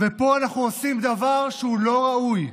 ופה אנחנו עושים דבר שהוא לא ראוי.